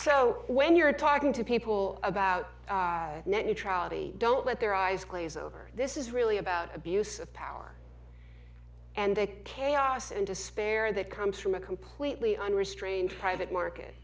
so when you're talking to people about net neutrality don't let their eyes glaze over this is really about abuse of power and they chaos and despair that comes from a completely unrestrained private market